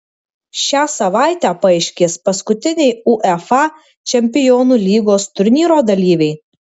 šią savaitę paaiškės paskutiniai uefa čempionų lygos turnyro dalyviai